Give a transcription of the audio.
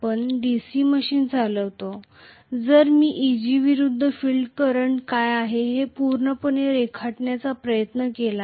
जर मी आता फ्लक्स विरुद्ध फिल्ट करंट तयार करण्याऐवजी Eg विरूद्ध फील्ड करंट काय आहे हे पूर्णपणे रेखाटण्याचा प्रयत्न केला